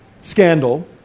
scandal